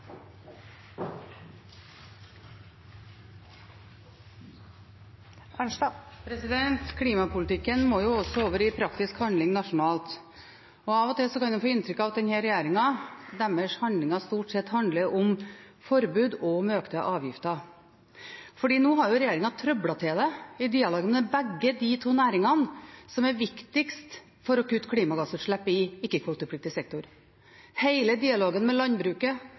og til kan en få inntrykk av at denne regjeringens handlinger stort sett handler om forbud og økte avgifter. Nå har regjeringen trøblet det til i dialogen med de to næringene som er viktigst for å kutte klimagassutslippene i ikke-kvotepliktig sektor. Hele dialogen med landbruket